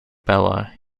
bella